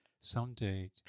Someday